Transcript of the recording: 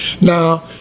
Now